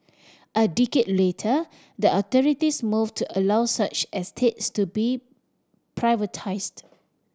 a decade later the authorities move to allow such estates to be privatised